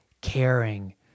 caring